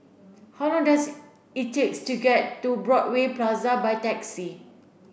how long does it take to get to Broadway Plaza by taxi